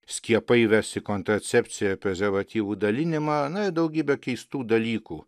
skiepai įvesti kontracepciją prezervatyvų dalinimą nu ir daugybę keistų dalykų